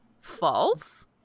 False